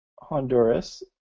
Honduras